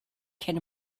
cyn